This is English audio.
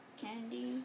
candy